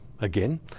again